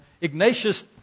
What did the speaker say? Ignatius